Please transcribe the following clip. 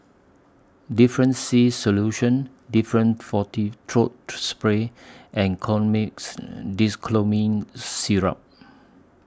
Difflam C Solution Difflam Forte Throat Spray and Colimix Dicyclomine Syrup